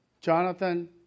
Jonathan